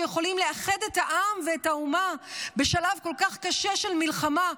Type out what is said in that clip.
שיכולים לאחד את העם ואת האומה בשלב כל כך קשה של מלחמה,